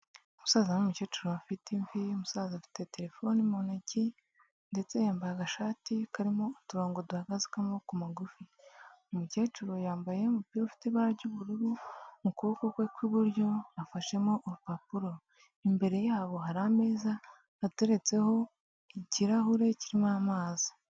Umusaza n'umukecuru ufite imvi y'umusaza afite telefone mu ntoki ndetse yambaye agashati karimo uturongo duhagaze k'amaboko magufi. Umukecuru yambaye umupira ufite ibara ry'ubururu mu kuboko kwe kw'iburyo afashemo urupapuro. Imbere yabo hari ameza ateretseho ikirahure kirimo amazi.